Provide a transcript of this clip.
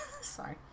Sorry